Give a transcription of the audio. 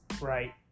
Right